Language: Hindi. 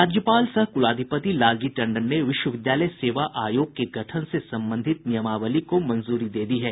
राज्यपाल सह कुलाधिपति लालजी टंडन ने विश्वविद्यालय सेवा आयोग के गठन से संबंधित नियमावली को मंजूरी दे दी है